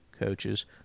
coaches